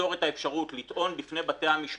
תיצור את האפשרות לטעון בפני בתי המשפט